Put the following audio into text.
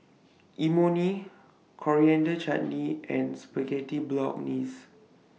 Imoni Coriander Chutney and Spaghetti Bolognese